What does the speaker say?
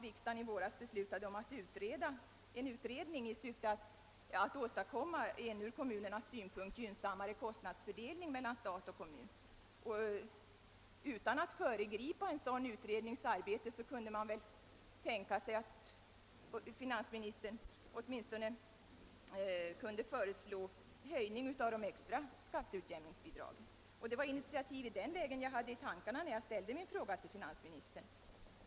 Riksdagen beslutade i våras om en utredning i syfte att åstadkomma en från kommunernas synpunkt gynnsammare kostnadsfördelning mellan stat och kommun. Utan att en sådan utrednings arbete därmed skulle föregripas kunde man väl tänka sig att finansministern skulle kunna föreslå en höjning av åtminstone de extra skatteutjämningsbidragen. Det var ett initiativ i denna riktning jag hade i tankarna när jag framställde min fråga till finansministern.